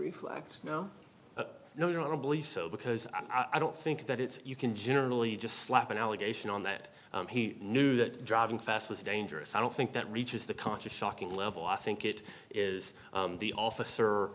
time no no no i don't believe so because i don't think that it's you can generally just slap an allegation on that he knew that driving fast was dangerous i don't think that reaches the conscious shocking level i think it is the officer